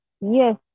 Yes